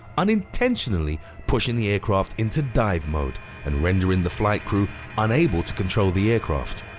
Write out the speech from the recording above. unintentionally pushing the aircraft into dive mode and rendering the flight crew unable to control the aircraft.